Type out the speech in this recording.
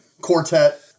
quartet